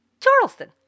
Charleston